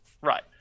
right